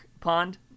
pond